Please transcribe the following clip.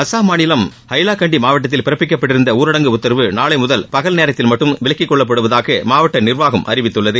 அஸ்ஸாம் மாநிலம் ஹைலாகண்டி மாவட்டத்தில் பிறக்கப்பட்டிருந்த ஊரடங்கு உத்தரவு நாளை முதல் பகல் நேரத்தில் மட்டும் விலக்கிக் கொள்ளப்படுவதாக மாவட்ட நிர்வாகம் அறிவித்துள்ளது